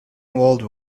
world